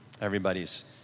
Everybody's